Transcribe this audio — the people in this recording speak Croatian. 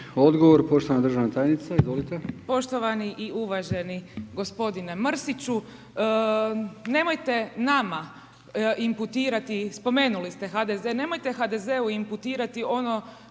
Odgovor poštovana državna tajnice, izvolite. **Burić, Majda (HDZ)** Poštovani i uvaženi gospodine Mrsiću, nemojte nama inputirati, spomenuli ste HDZ, nemojte HDZ-u inputirati ono